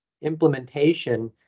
Implementation